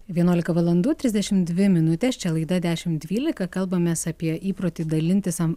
vienuolika valandų trisdešimt dvi minutės čia laida dešimt dvylika kalbamės apie įprotį dalintis am